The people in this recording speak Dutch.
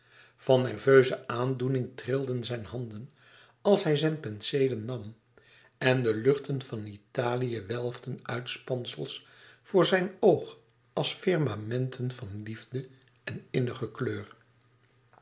van nerveuze aandoening trilden zijn handen als hij zijn penseelen nam en de luchten van italië weefden uitspansels voor zijn oog als firmamenten van liefde en